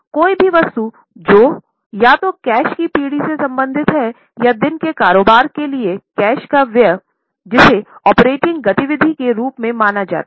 कोई भी वस्तु जो या तो कैश की पीढ़ी से संबंधित है या दिन के कारोबार के लिए कैश का व्यय जिसे ऑपरेटिंग गतिविधि के रूप में माना जाता है